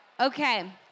Okay